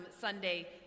Sunday